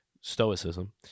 Stoicism